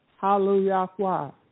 Hallelujah